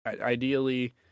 Ideally